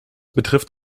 betrifft